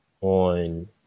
on